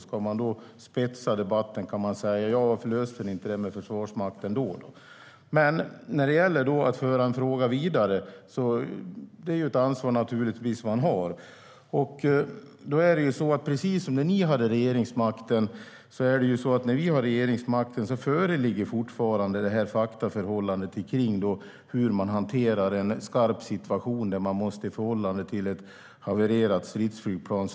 Ska jag spetsa till debatten kan jag undra varför ni inte löste det med Försvarsmakten då. Vi har givetvis ett ansvar att föra frågan vidare. Precis som när ni hade regeringsmakten föreligger nu när vi har regeringsmakten faktaförhållandet vad gäller hur man hanterar en skarp situation där man snabbt måste kyla ned ett havererat krigsflygplan.